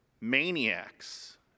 maniacs